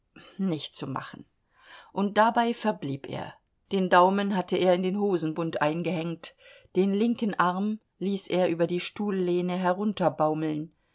nicht zu machen und dabei verblieb er den daumen hatte er in den hosenbund eingehängt den linken arm ließ er über die stuhllehne